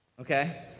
Okay